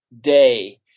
day